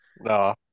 No